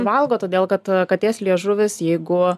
valgo todėl kad katės liežuvis jeigu